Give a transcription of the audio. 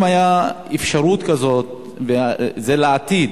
אם היתה אפשרות כזאת, זה לעתיד,